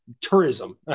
tourism